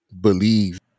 believe